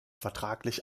vertraglich